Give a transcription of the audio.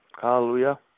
Hallelujah